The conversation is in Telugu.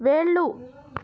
వేళ్ళు